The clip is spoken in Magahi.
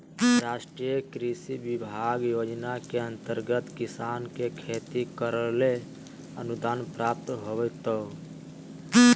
राष्ट्रीय कृषि विकास योजना के अंतर्गत किसान के खेती करैले अनुदान प्राप्त होतय